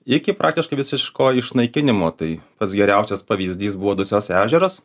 iki praktiškai visiško išnaikinimo tai pats geriausias pavyzdys buvo dusios ežeras